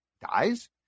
dies